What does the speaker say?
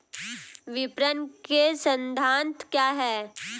विपणन के सिद्धांत क्या हैं?